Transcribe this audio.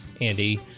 Andy